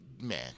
Man